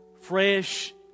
fresh